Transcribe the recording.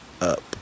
Up